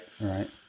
right